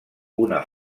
una